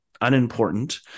unimportant